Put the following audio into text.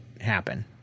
happen